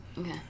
okay